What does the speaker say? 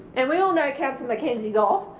and we all know councillor mckenzie is off.